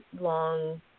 long